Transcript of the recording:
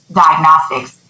diagnostics